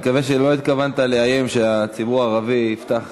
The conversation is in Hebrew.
אני מקווה שלא התכוונת לאיים שהציבור הערבי יפתח,